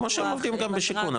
כמו שעובדים גם בשיכון,